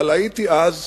אבל הייתי אז